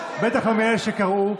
בטח לא מאלה שקראו,